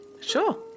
Sure